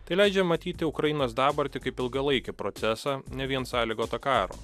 tai leidžia matyti ukrainos dabartį kaip ilgalaikį procesą ne vien sąlygotą karo